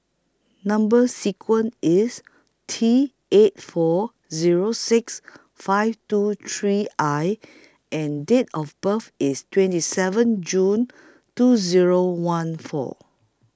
Number sequence IS T eight four Zero six five two three I and Date of birth IS twenty seven June two Zero one four